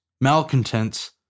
malcontents